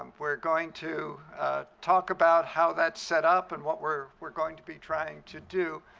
um we're going to talk about how that's set up and what we're we're going to be trying to do.